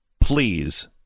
please